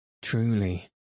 Truly